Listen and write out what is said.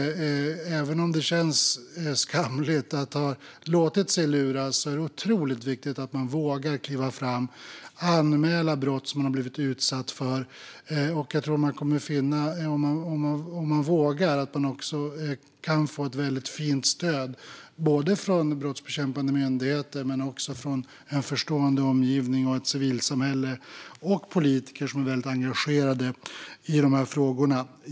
Även om det känns skamligt att ha låtit sig luras är det otroligt viktigt att man vågar kliva fram och anmäla brott som man blivit utsatt för. Om man vågar det tror jag att man kommer att finna att man också kan få ett väldigt fint stöd både från brottsbekämpande myndigheter, från en förstående omgivning och från civilsamhället och politiker som är väldigt engagerade i dessa frågor.